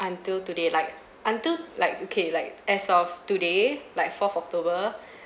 until today like until like okay like as of today like fourth october